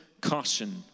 caution